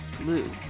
blue